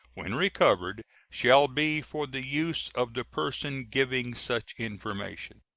when recovered, shall be for the use of the person giving such information.